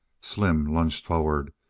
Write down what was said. slim lunged forward,